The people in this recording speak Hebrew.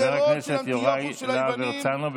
חבר הכנסת יוראי להב הרצנו,